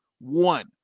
one